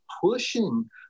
pushing